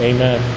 Amen